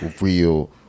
real